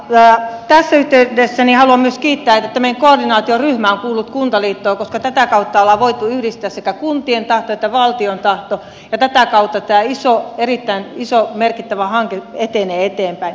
tässä yhteydessä haluan myös kiittää että meidän koordinaatioryhmämme on kuullut kuntaliittoa koska tätä kautta ollaan voitu yhdistää sekä kuntien tahto että valtion tahto ja tätä kautta tämä iso erittäin iso merkittävä hanke etenee eteenpäin